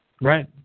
Right